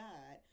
God